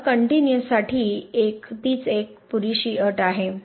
तर कनटयूनीअससाठी तीच एक पुरेशी अट आहे